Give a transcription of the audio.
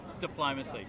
diplomacy